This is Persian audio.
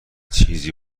چیزی